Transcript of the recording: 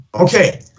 Okay